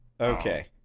Okay